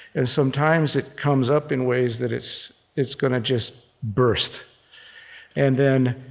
and sometimes, it comes up in ways that it's it's gonna just burst and then,